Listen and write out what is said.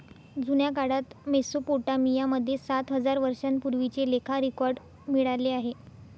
जुन्या काळात मेसोपोटामिया मध्ये सात हजार वर्षांपूर्वीचे लेखा रेकॉर्ड मिळाले आहे